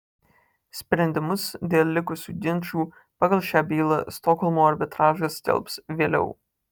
sprendimus dėl likusių ginčų pagal šią bylą stokholmo arbitražas skelbs vėliau